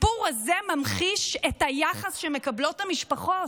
הסיפור הזה ממחיש את היחס שמקבלות המשפחות.